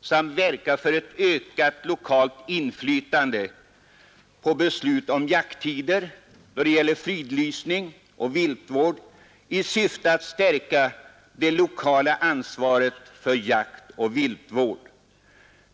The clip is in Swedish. samt verka för ett lokalt inflytande på beslut om jakttider, fridlysning och viltvård i syfte att stärka det lokala ansvaret för jaktoch viltvård.